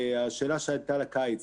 השאלה שהייתה על הקיץ,